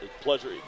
Pleasure